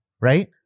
right